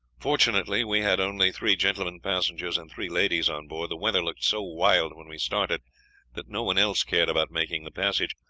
fortunately we had only three gentlemen passengers and three ladies on board. the weather looked so wild when we started that no one else cared about making the passage.